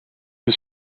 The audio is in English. his